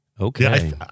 Okay